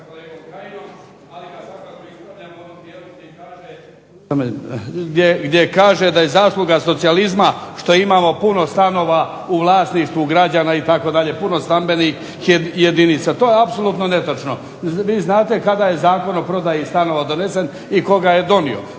gdje kaže da je zasluga socijalizma što imamo puno stanova u vlasništvu građana itd., puno stambenih jedinica. To je apsolutno netočno. Vi znate kada je Zakon o prodaji stanova donesen i tko ga je donio,